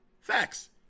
Facts